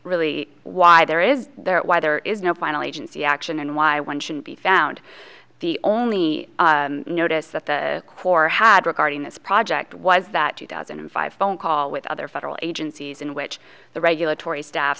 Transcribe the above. really why there is why there is no final agency action and why one shouldn't be found the only notice that the quare had regarding this project was that two thousand and five phone call with other federal agencies in which the regulatory staff